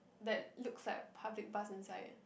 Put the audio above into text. that looks like public bus inside